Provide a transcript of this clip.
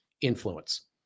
influence